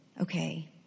okay